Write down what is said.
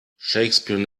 shakespeare